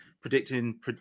predicting